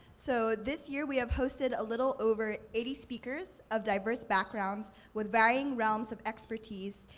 so this year we have hosted a little over eighty speakers of diverse backgrounds with varying realms of expertise,